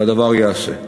והדבר ייעשה.